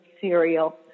cereal